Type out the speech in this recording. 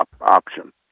option